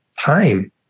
time